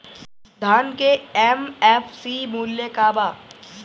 धान के एम.एफ.सी मूल्य का बा?